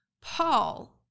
Paul